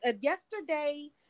yesterday